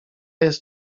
jest